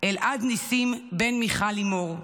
אלעד ניסים בן מיכל לימור,